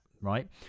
right